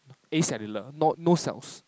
acellular no cells